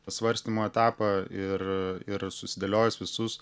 pasvarstymų etapą ir susidėliojus visus